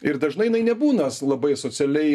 ir dažnai jinai nebūna labai socialiai